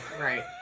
right